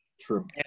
True